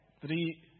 Three